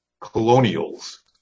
colonials